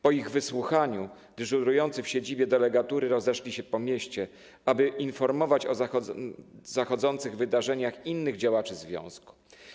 Po ich wysłuchaniu dyżurujący w siedzibie delegatury rozeszli się po mieście, aby informować o zachodzących wydarzeniach innych działaczy związku.